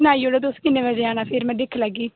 सनाई ओड़ो तुस किन्ने बजे जाना फिर में सनाई ओड़गी